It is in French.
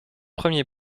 premier